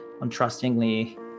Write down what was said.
untrustingly